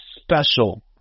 special